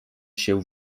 się